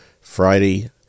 Friday